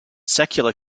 secular